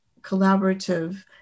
collaborative